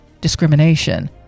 discrimination